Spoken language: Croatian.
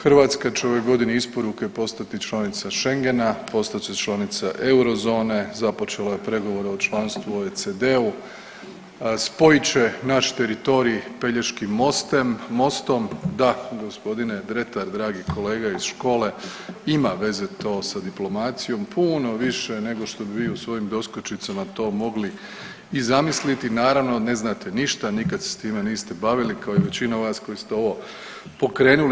Hrvatska će ove godine isporuke postati članica Schengena, postat će članica eurozone, započela je pregovore o članstvu u OEDC-u, spojit će naš teritorij Pelješkim mostem, mostom, da gospodine Dretar dragi kolega iz škole ima veze to sa diplomacijom puno više nego što bi vi u svojim doskočicama to mogli i zamisliti, naravno ne znate ništa, nikad se s time niste bavili kao i većina vas koji ste ovo pokrenuli.